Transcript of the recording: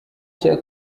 cya